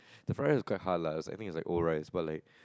the fried rice is quite hard lah I think it's old rice but like